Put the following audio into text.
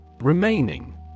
Remaining